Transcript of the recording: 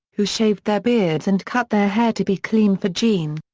who shaved their beards and cut their hair to be clean for gene.